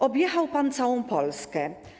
Objechał pan całą Polskę.